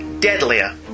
Deadlier